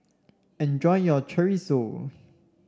enjoy your Chorizo